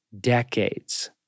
decades